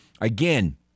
again